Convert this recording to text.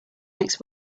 next